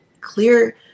clear